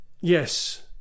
Yes